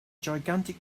gigantic